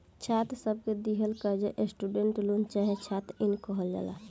छात्र सब के दिहल कर्जा स्टूडेंट लोन चाहे छात्र इन कहाला